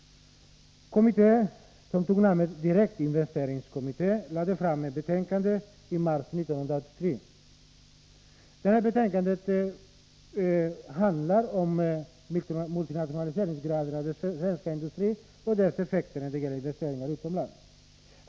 Kommittén, som tog namnet direktinvesteringskommittén, lade fram ett betänkande i mars 1983. Betänkandet handlar om multinationaliseringsgraden i den svenska industrin och dess effekter när det gäller investeringar utomlands.